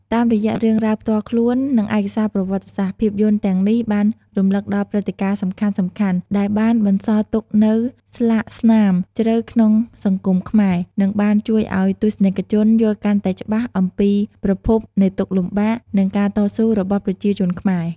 តាមរយៈរឿងរ៉ាវផ្ទាល់ខ្លួន និងឯកសារប្រវត្តិសាស្ត្រ ភាពយន្តទាំងនេះបាន រំលឹកដល់ព្រឹត្តិការណ៍សំខាន់ៗ ដែលបានបន្សល់ទុកនូវស្លាកស្នាមជ្រៅក្នុងសង្គមខ្មែរ និងបានជួយឱ្យទស្សនិកជនយល់កាន់តែច្បាស់អំពីប្រភពនៃទុក្ខលំបាក និងការតស៊ូរបស់ប្រជាជនខ្មែរ។